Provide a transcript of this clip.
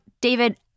David